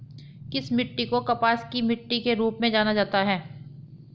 किस मिट्टी को कपास की मिट्टी के रूप में जाना जाता है?